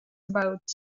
about